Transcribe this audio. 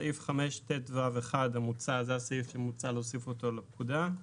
סעיף 5טו1 המוצע זה הסעיף שמוצע להוסיף אותו לפקודה.